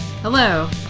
Hello